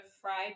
fried